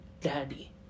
daddy